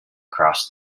crossed